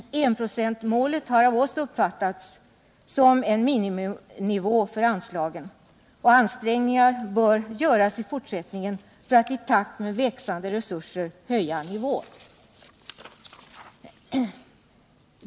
Enprocentsmålet har av oss uppfattats som en miniminivå för anslagen, och ansträngningar bör göras i fortsättningen för att i takt med växande resurser höja nivån.